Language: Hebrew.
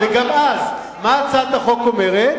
גם החוק הקיים, וגם אז, מה הצעת החוק אומרת?